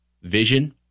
vision